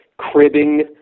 cribbing